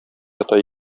ята